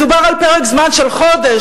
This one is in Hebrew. מדובר על פרק זמן של חודש,